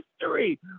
history